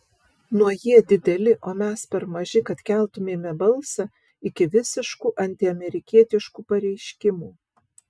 nuo jie dideli o mes per maži kad keltumėme balsą iki visiškų antiamerikietiškų pareiškimų